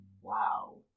Wow